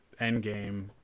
Endgame